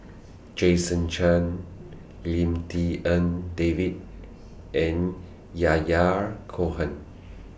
Jason Chan Lim Tik En David and Yahya Cohen